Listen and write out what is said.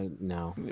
No